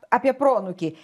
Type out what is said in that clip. apie proanūkį